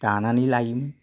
दानानै लायोमोन